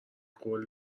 قول